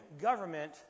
government